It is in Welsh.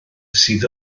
sydd